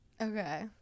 Okay